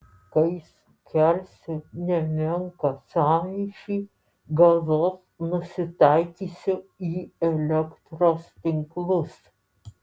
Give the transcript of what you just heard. kai sukelsiu nemenką sąmyšį galop nusitaikysiu į elektros tinklus